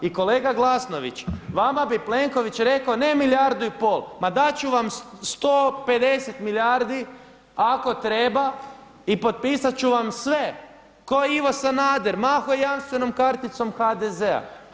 I kolega Glasnović, vama bi Plenković rekao ne milijardu i pol, ma dati ću vam 150 milijardi ako treba i potpisati ću vam sve kao i Ivo Sanader, mahao je jamstvenom karticom HDZ-a.